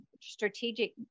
strategic